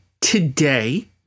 today